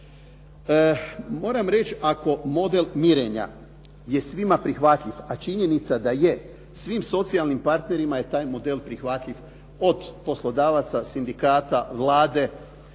Moram reći, ako model mirenja je svima prihvatljiv, a činjenica da je, svim socijalnim partnerima je taj model prihvatljiv od poslodavaca, sindikata, Vlade,